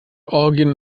orgien